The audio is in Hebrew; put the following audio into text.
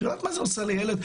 את יודעת מה זה עושה לילד?